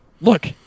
look